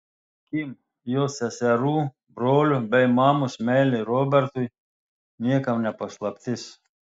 kim jos seserų brolio bei mamos meilė robertui niekam ne paslaptis